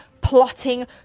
plotting